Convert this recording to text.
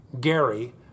Gary